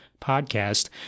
podcast